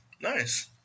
Nice